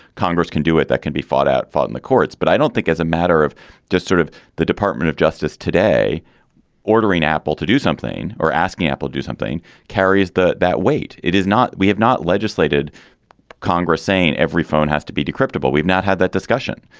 congress can do it that can be fought out, fought in the courts. but i don't think as a matter of just sort of the department of justice today ordering apple to do something or asking apple do something carries that weight. it is not we have not legislated congress saying every phone has to be decrypted, but we've not had that discussion.